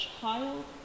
child